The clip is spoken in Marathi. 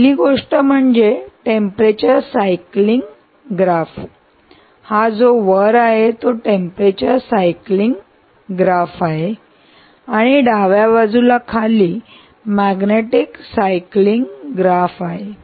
पहिली गोष्ट म्हणजे टेंपरेचर सायकलिंग ग्राफ हा जो वर आहे तो टेंपरेचर सायकलिंग ग्राफ आणि येथे डाव्या बाजूला खाली मॅग्नेटिक सायकलिंग ग्राफ आहे